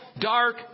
dark